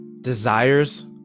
desires